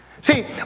See